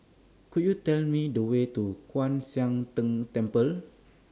Could YOU Tell Me The Way to Kwan Siang Tng Temple